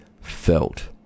felt